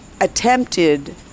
attempted